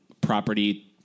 property